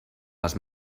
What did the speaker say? les